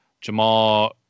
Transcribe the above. Jamal